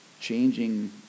changing